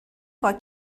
پاک